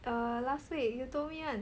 err last week you told me [one]